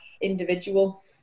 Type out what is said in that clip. individual